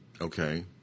Okay